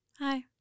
Hi